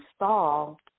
install